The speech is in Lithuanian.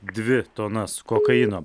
dvi tonas kokaino